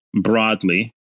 broadly